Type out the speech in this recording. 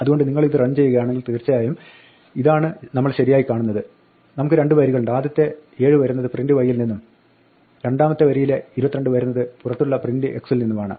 അതുകൊണ്ട് നിങ്ങൾ ഇത് റൺ ചെയ്യുകയാണെങ്കി￼ൽ തീർച്ചയായും ഇതാണ് നമ്മൾ ശരിയായി കാണുന്നത് നമുക്ക് രണ്ട് വരികളുണ്ട് ആദ്യത്തെ 7 വരുന്നത് print y യിൽ നിന്നും രണ്ടമത്തെ വരിയിലെ 22 വരുന്നത് പുറത്തുള്ള print x ൽ നിന്നുമാണ്